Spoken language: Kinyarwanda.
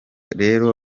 rero